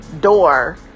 door